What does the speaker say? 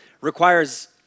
requires